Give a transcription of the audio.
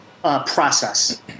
process